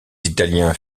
italiens